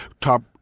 top